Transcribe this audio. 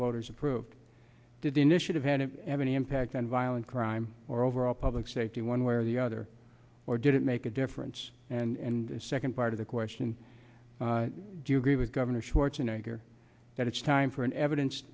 voters approved did the initiative had any impact on violent crime or overall public safety one way or the other or did it make a difference and second part of the question do you agree with governor schwarzenegger that it's time for an evidence